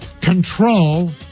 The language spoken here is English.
control